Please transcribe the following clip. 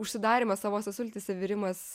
užsidarymas savose sultyse virimas